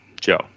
Joe